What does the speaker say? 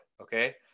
okay